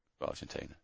Argentina